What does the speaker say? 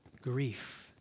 grief